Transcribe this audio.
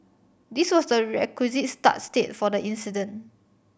this was the requisite start state for the incident